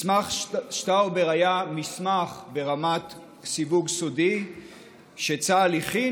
מסמך שטאובר היה מסמך ברמת סיווג סודי שצה"ל הכין,